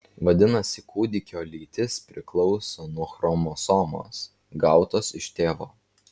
vadinasi kūdikio lytis priklauso nuo chromosomos gautos iš tėvo